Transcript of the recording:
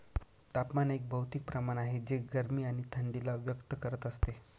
तापमान एक भौतिक प्रमाण आहे जे गरमी आणि थंडी ला व्यक्त करत असते